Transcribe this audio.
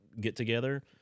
get-together